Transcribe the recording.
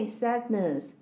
sadness